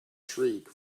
shriek